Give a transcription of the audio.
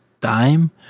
time